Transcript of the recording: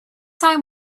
time